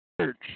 church